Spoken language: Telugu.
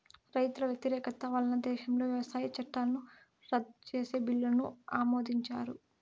రైతుల వ్యతిరేకత వలన దేశంలో వ్యవసాయ చట్టాలను రద్దు చేసే బిల్లును ఆమోదించారు